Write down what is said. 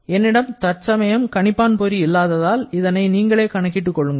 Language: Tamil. என்னிடம் தற்சமயம் கணிப்பான் பொறி இல்லாததால் இதனை நீங்களே கணக்கிட்டுக் கொள்ளுங்கள்